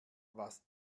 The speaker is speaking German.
was